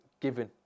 Given